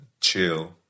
chill